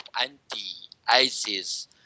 anti-ISIS